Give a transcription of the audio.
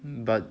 but